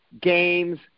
games